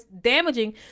damaging